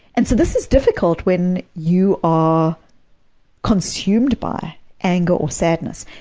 and so this is difficult when you are consumed by anger or sadness,